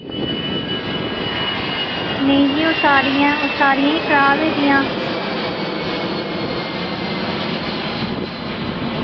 नेईं जी ओ सारियां ओ सारियां ही खराब हियां